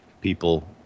people